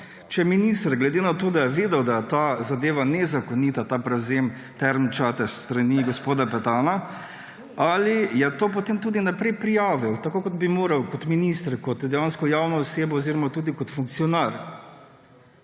če je minister, glede na to, da je vedel, da je ta zadeva nezakonita ‒ ta prevzem Term Čatež s strani gospoda Petana ‒, ali je to potem tudi naprej prijavil, tako kot bi moral kot minister, kot dejansko javna oseba oziroma tudi kot funkcionar.